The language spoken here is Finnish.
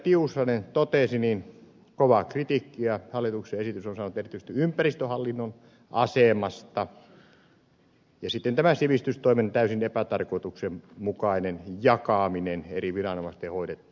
tiusanen totesi niin kovaa kritiikkiä hallituksen esitys on saanut erityisesti ympäristöhallinnon asemasta ja sitten on tämä sivistystoimen täysin epätarkoituksenmukainen jakaminen eri viranomaisten hoidettavaksi